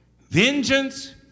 vengeance